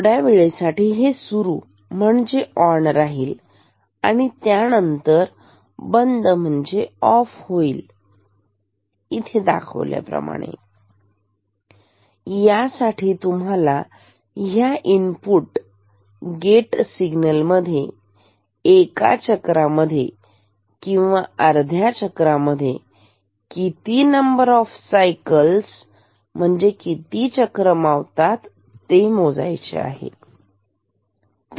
थोड्या वेळासाठी हे सुरु म्हणजे ऑन राहील आणि त्यानंतर बंद म्हणजे ऑफ होईल इथे दाखवल्याप्रमाणे यांसाठी तुम्हाला ह्या इनपुट गेट सिग्नल मध्ये एका चक्रा मध्ये किंवा अर्ध्या चक्रा मध्ये किती नंबर ऑफ सायकल म्हणजे किती चक्र मावतात ते मोजायचे आहे